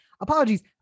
Apologies